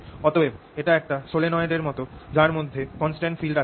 অতএব এটা একটা সলিনয়েড এর মত যার মধ্যে কন্সটান্ট ফিল্ড আছে